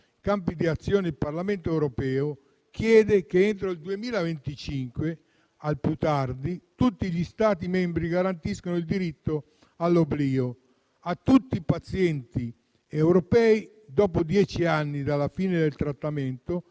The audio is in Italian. campi di azione, il Parlamento europeo chiede che, entro il 2025 al più tardi, tutti gli Stati membri garantiscano il diritto all'oblio a tutti i pazienti europei dopo dieci anni dalla fine del trattamento